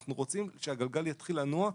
אנחנו רוצים שהגלגל יתחיל לנוע,